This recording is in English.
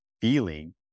feeling